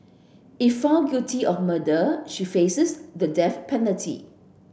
if found guilty of murder she faces the death penalty